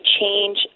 change